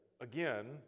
again